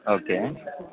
okay